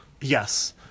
Yes